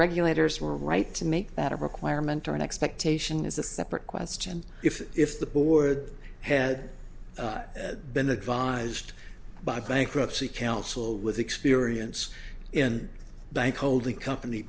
regulators were right to make that a requirement or an expectation is a separate question if if the board had been advised by bankruptcy counsel with experience in bank holding company